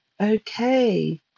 Okay